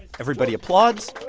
everybody applauds